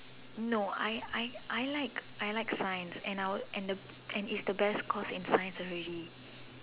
no I I I like I like science and I'd would and I would it's the best course in science already